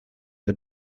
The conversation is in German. der